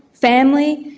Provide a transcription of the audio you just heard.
family,